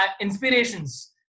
inspirations